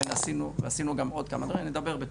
ועשינו גם עוד כמה דברים, אני אדבר בתורי.